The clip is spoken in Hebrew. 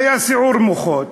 היה סיעור מוחות,